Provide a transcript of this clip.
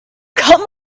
come